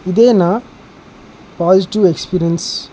ఇదే నా positive experience